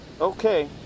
Okay